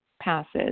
passes